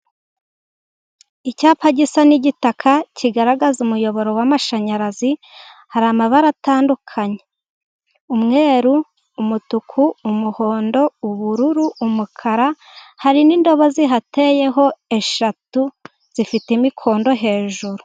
Icyapa gisa n'igitaka, kigaragaza umuyoboro w'amashanyarazi. Hari amabara atandukanye: umweru, umutuku, umuhondo, ubururu, umukara. Hari n'indobo zihateyeho eshatu zifite imikondo hejuru.